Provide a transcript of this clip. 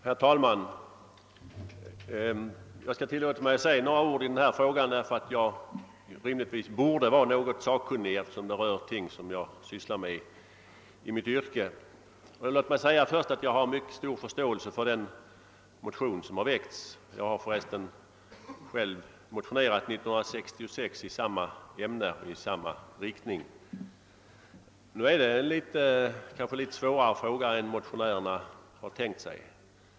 Herr talman! Jag skall säga några ord i denna fråga, där jag rimligtvis bör vara något sakkunnig, eftersom den avser förhållanden som jag har beröring med i mitt yrke. Jag har stor förståelse för de motioner som väckts. Jag har föresten själv motionerat 1966 i samma ämne och i samma riktning. Frågan är emellertid kanske något svårare än vad motionärerna tänkt sig.